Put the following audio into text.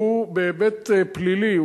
שהוא בהיבט פלילי,